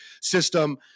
system